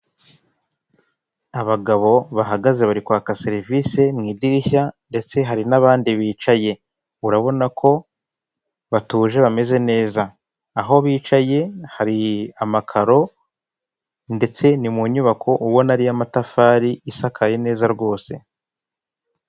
Abagabo bahagaze bari kwaka serivisi mu idirishya ndetse hari n'abandi bicaye, urabona ko batuje bameze neza, aho bicaye hari amakaro ndetse ni mu nyubako ubona ari iy'amatafari isakaye neza rwose.